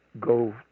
go